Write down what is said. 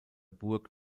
burg